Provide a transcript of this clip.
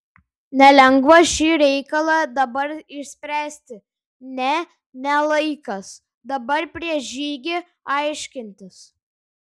nelengva šį reikalą dabar išspręsti ne ne laikas dabar prieš žygį aiškintis